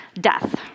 Death